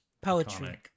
Poetry